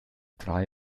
drei